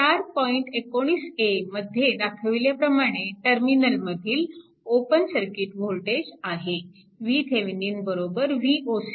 19 a मध्ये दाखविल्याप्रमाणे टर्मिनलमधील ओपन सर्किट वोल्टेज आहे VThevenin Voc